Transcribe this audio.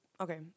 Okay